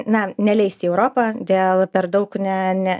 ne neleis į europą dėl per daug ne ne